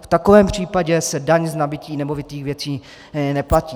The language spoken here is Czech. V takovém případě se daň z nabytí nemovitých věcí neplatí.